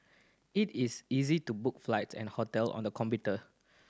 it is easy to book flights and hotel on the computer